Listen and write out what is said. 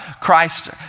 Christ